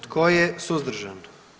Tko je suzdržan?